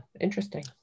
interesting